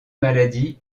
maladies